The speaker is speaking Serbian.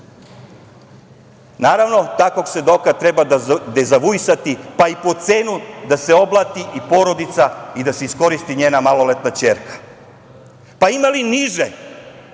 srpskih. Naravno, takvog svedoka treba dezavuisati, pa i po cenu da se oblati porodica i da se iskoristi njena maloletna ćerka. Pa, ima li niže?